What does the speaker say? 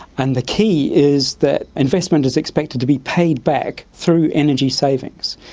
and the key is that investment is expected to be paid back through energy savings.